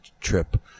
trip